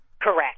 Correct